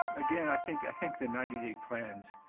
again, i think i think the ninety plans,